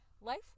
life